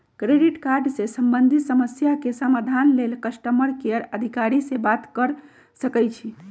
credit card से संबंधित समस्या के समाधान लेल कस्टमर केयर अधिकारी से बात कर सकइछि